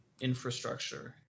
infrastructure